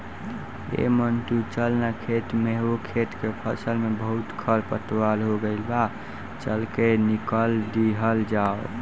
ऐ मंटू चल ना खेत में ओह खेत के फसल में बहुते खरपतवार हो गइल बा, चल के निकल दिहल जाव